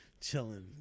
chilling